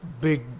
big